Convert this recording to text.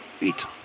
Eat